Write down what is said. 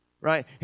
right